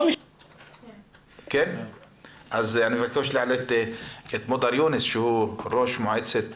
אני מבקש להעלות את מודר יונס שהוא ראש מועצת